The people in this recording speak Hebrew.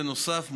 בנוסף,